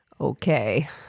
Okay